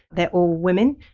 they're all women.